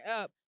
up